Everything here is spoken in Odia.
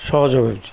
ସହଜ ହୋଇଛି